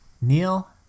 Neil